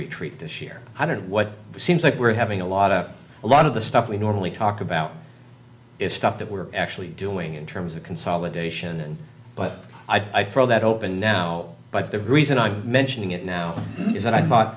retreat this year i don't know what seems like we're having a lot of the lot of the stuff we normally talk about is stuff that we're actually doing in terms of consolidation but i throw that open now but the reason i'm mentioning it now is that i thought